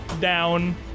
down